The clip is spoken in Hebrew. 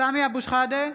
סמי אבו שחאדה,